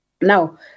Now